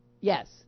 Yes